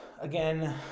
Again